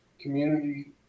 community